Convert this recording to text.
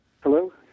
Hello